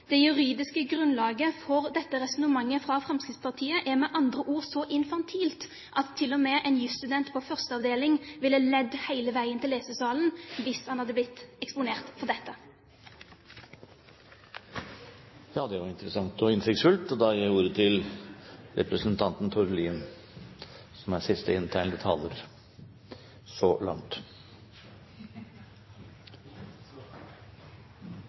Det juridiske grunnlaget for dette resonnementet fra Fremskrittspartiet er med andre ord så infantilt at til og med en jusstudent på første avdeling ville ha ledd hele veien til lesesalen hvis han hadde blitt eksponert for dette. Det var interessant og innsiktsfullt. Jeg kan jo berolige representanten Hadia Tajik med at det sitatet som